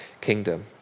kingdom